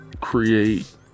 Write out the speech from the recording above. Create